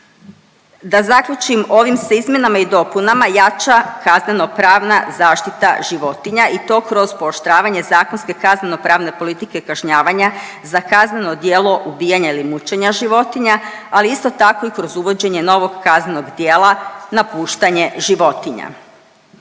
Da zaključim, ovim se izmjenama i dopunama jača kaznenopravna zaštita životinja i to kroz pooštravanje zakonske kaznenopravne politike kažnjavanja za kazneno djelo ubijanja ili mučenja životinja, ali isto tako i kroz uvođenje novog kaznenog djela napuštanje životinja.